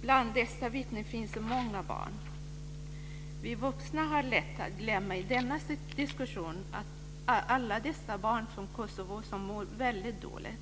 Bland dessa vittnen finns många barn. Vi vuxna har lätt att i denna diskussion glömma alla dessa barn från Kosovo som mår väldigt dåligt.